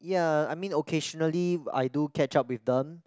ya I mean occasionally I do catch up with them